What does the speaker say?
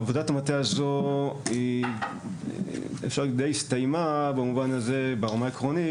עבודת המטה הזו די הסתיימה במובן הזה ברמה העקרונית,